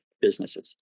businesses